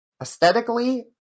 Aesthetically